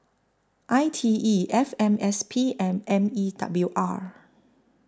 I T E F M S P and M E W R